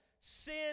Sin